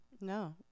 No